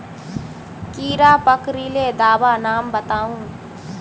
कीड़ा पकरिले दाबा नाम बाताउ?